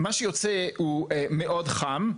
מה שיוצא הוא מאוד חם.